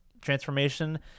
transformation